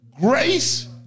grace